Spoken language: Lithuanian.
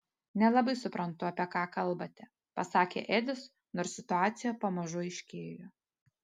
nelabai suprantu apie ką kalbate pasakė edis nors situacija pamažu aiškėjo